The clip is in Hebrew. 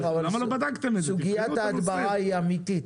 סוגיית ההדברה היא אמיתית.